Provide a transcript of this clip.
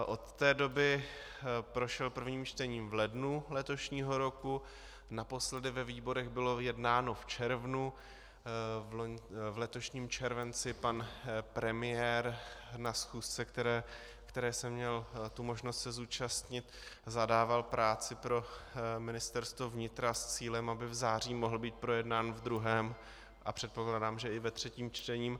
Od té doby prošel prvním čtením v lednu letošního roku, naposledy ve výborech bylo jednáno v červnu, v letošním červenci pan premiér na schůzce, které jsem měl tu možnost se zúčastnit, zadával práci pro Ministerstvo vnitra s cílem, aby v září mohl být projednán v druhém a předpokládám, že i ve třetím čtení.